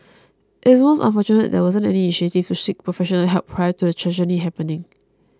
it's most unfortunate that there wasn't any initiative to seek professional help prior to the tragedy happening